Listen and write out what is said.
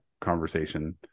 conversation